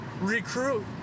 recruit